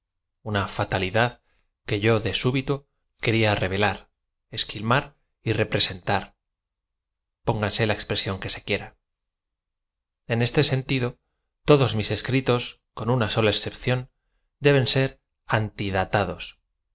una fatalidad que y o de súbito quería rerela r es quilmar y representar póngase la expresión que se quiera en este sentido todos mis escritos con una sola excepción deben ser